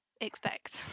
expect